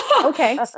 okay